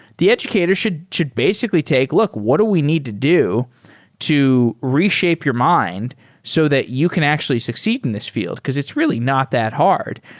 the educator should should basically take, look, what do we need to do to reshape your mind so that you can actually succeed in this field, because it's really not that hard.